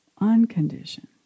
unconditioned